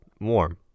warm